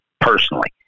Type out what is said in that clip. personally